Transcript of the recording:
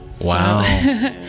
Wow